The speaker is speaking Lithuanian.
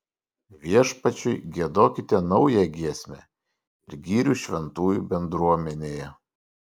viešpačiui giedokite naują giesmę ir gyrių šventųjų bendruomenėje